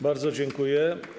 Bardzo dziękuję.